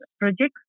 projects